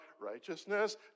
Righteousness